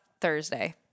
Thursday